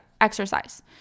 exercise